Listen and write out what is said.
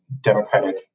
Democratic